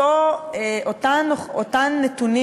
אותם נתונים,